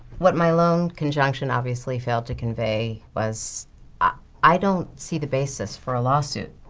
what my lone conjunction obviously failed to convey was ah i don't see the basis for a lawsuit.